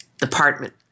department